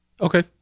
okay